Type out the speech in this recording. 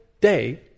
day